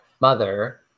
mother